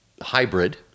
hybrid